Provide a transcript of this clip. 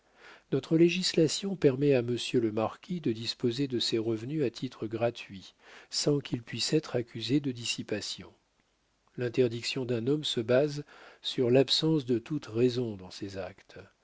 notre législation permet à monsieur le marquis de disposer de ses revenus à titre gratuit sans qu'il puisse être accusé de dissipation l'interdiction d'un homme se base sur l'absence de toute raison dans ses actes